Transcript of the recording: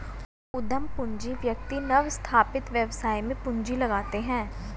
उद्यम पूंजी व्यक्ति नवस्थापित व्यवसाय में पूंजी लगाते हैं